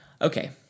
Okay